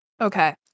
Okay